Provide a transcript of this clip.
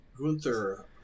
Gunther